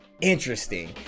interesting